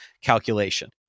calculation